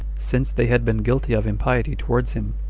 since they had been guilty of impiety towards him,